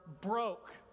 broke